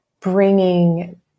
bringing